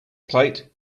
plate